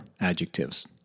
adjectives